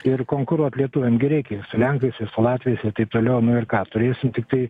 ir konkuruot lietuviam gi reikia ir su lenkais ir su latviais ir taip toliau nu ir ką turėsim tiktai